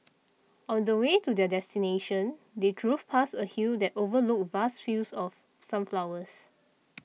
on the way to their destination they drove past a hill that overlooked vast fields of sunflowers